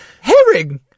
herring